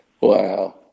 Wow